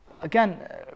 again